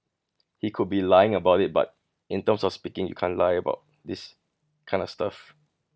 he could be lying about it but in terms of speaking you can't lie about this kind of stuff